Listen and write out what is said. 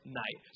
night